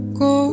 go